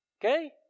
Okay